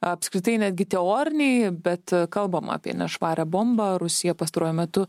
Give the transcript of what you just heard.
apskritai netgi teoriniai bet kalbam apie nešvarią bombą rusija pastaruoju metu